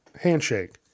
Handshake